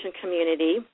community